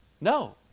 No